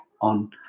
on